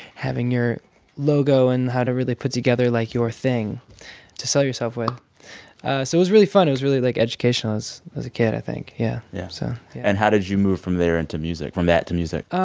having your logo and how to really put together, like, your thing to sell yourself with. so it was really fun. it was really, like, educational as a kid, i think. yeah yeah so. and how did you move from there into music from that to music?